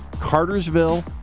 Cartersville